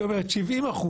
היא אומרת ש-70%